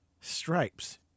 Stripes